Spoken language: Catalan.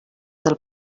del